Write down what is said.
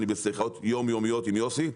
אני בשיחות יום יומיות עם יוסי,